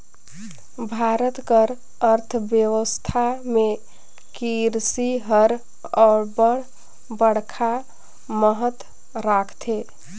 भारत कर अर्थबेवस्था में किरसी हर अब्बड़ बड़खा महत राखथे